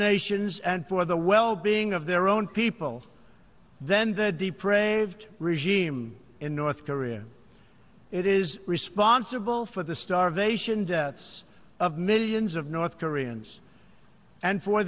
nations and for the wellbeing of their own people then the depraved regime in north korea it is responsible for the starvation deaths of millions of north koreans and for